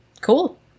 cool